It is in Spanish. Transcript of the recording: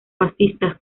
fascista